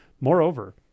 Moreover